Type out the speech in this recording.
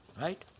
Right